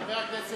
אני שמעתי את זה